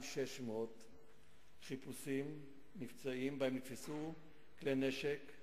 600 חיפושים מבצעיים שבהם נתפסו כלי נשק.